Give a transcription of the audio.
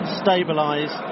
stabilise